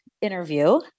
interview